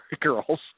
girls